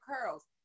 curls